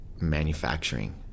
manufacturing